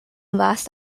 last